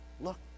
Look